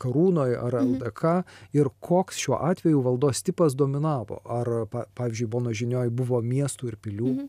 karūnoj ar ldk ir koks šiuo atveju valdos tipas dominavo ar pa pavyzdžiui bonos žinioj buvo miestų ir pilių